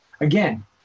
Again